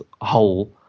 hole